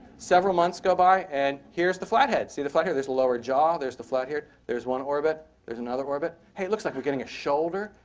several months go by, and here's the flat head. see the flat head. there's a lower jaw. there's the flat head. there's one orbit. there's another orbit. hey, it looks like we're getting a shoulder.